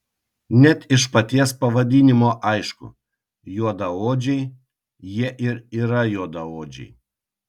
net iš paties pavadinimo aišku juodaodžiai jie ir yra juodaodžiai